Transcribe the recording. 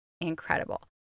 incredible